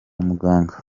muganga